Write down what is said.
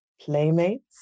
playmates